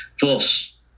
Thus